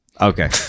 Okay